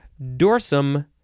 dorsum